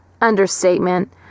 Understatement